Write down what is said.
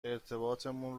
ارتباطمون